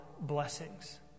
blessings